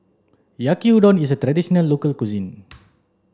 yaki udon is a traditional local cuisine